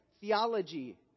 theology